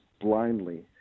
blindly